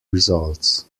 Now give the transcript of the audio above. results